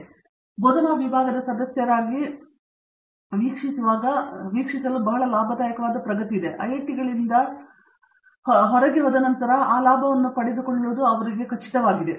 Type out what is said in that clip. ಇದು ಬೋಧನಾ ವಿಭಾಗದ ಸದಸ್ಯರಾಗಿ ವೀಕ್ಷಿಸಲು ಬಹಳ ಲಾಭದಾಯಕವಾದ ಪ್ರಗತಿ ಮತ್ತು ಐಐಟಿಯಿಂದ ಹೊರಗುಳಿದ ನಂತರ ಅವರ ಲಾಭವನ್ನು ಪಡೆದುಕೊಳ್ಳುವುದು ಅವರಿಗೆ ಖಚಿತವಾಗಿದೆ